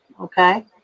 okay